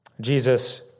Jesus